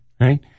right